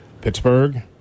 Pittsburgh